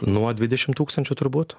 nuo dvidešimt tūkstančių turbūt